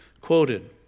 quoted